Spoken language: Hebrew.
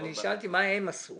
שאלתי מה הם עשו